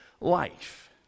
life